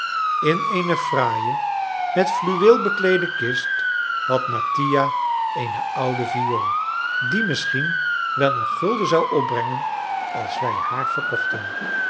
in eene fraaie met fluweel bekleede kist had mattia eene oude viool die misschien wel een gulden zou opbrengen als wij haar verkochten